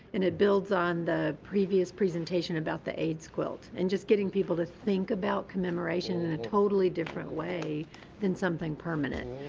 and it builds on the previous presentation about the aids quilt. and just getting people to think about commemoration in a totally different way than something permanent.